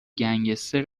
گنگستر